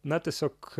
na tiesiog